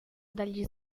dagli